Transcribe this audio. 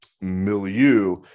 milieu